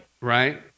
Right